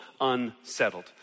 unsettled